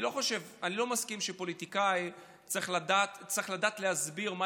אני לא מסכים שפוליטיקאי צריך לדעת להסביר מה